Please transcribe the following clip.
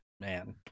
man